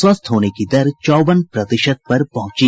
स्वस्थ होने की दर चौवन प्रतिशत पर पहुंची